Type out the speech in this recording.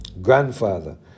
grandfather